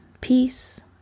peace